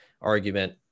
argument